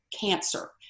Cancer